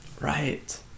Right